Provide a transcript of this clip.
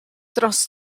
dros